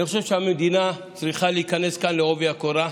אני חושב שהמדינה צריכה להיכנס כאן בעובי הקורה,